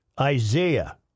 Isaiah